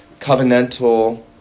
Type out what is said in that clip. covenantal